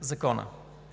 законът.